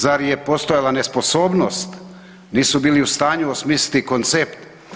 Zar je postojala nesposobnost, nisu bili u stanju osmisliti koncept.